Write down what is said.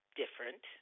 different